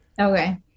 Okay